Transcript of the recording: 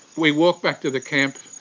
we walked back to the camp,